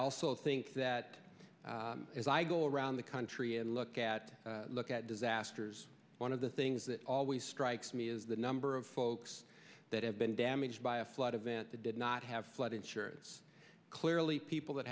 also think that as i go around the country and look at look at disasters one of the things that always strikes me is the number of folks that have been damaged by a flood event that did not have flood insurance clearly people that